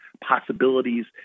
possibilities